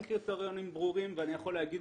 אין קריטריונים ברורים ואני יכול להגיד